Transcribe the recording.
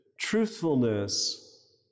truthfulness